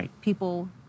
people